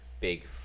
big